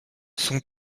son